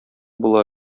була